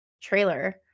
trailer